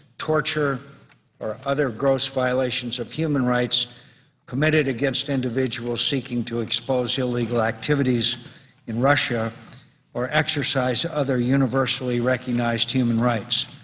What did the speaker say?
torture or other gross violations of human rights committed against individuals seeking to expose illegal activities in russia or exercise other universally recognized human rights.